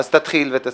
אז תתחיל ותסיים.